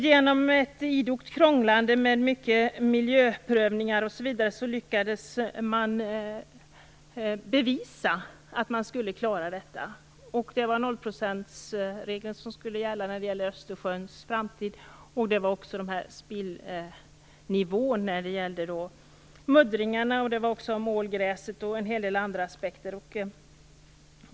Genom ett idogt krånglande med mycket av miljöprövningar osv. lyckades man bevisa att man skulle klara detta. 0 procentsregeln, spillnivån för muddringarna, ålgräset och en hel del andra aspekter var viktiga för Östersjöns framtid.